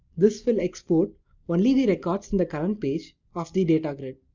this will export only the records in the current page of the data grid.